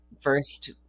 first